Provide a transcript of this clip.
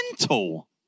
mental